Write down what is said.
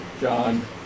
John